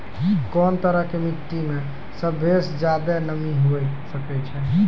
कोन तरहो के मट्टी मे सभ्भे से ज्यादे नमी हुये सकै छै?